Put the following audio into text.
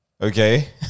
okay